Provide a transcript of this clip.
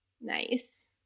Nice